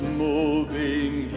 moving